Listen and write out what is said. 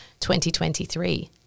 2023